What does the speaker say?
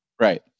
Right